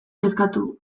kezkatu